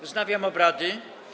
Wznawiam obrady.